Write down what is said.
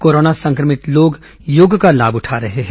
corona संक्रमित लोग योग का लाभ उठा रहे हैं